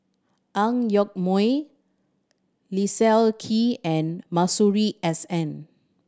Ang Yoke Mooi Leslie Kee and Masuri S N